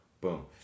boom